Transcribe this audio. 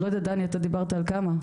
לא יודעת דני אתה דיברת על כמה,